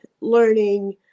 learning